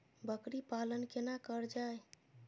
बकरी पालन केना कर जाय?